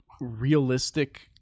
realistic